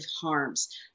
harms